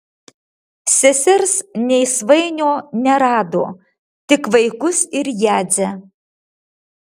sesers nei svainio nerado tik vaikus ir jadzę